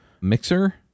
mixer